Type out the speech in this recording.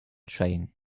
train